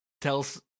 tells